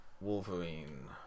Wolverine